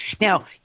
Now